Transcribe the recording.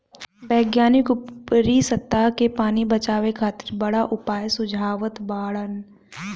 वैज्ञानिक ऊपरी सतह के पानी बचावे खातिर बड़ा उपाय सुझावत बाड़न